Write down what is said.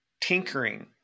tinkering